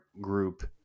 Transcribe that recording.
group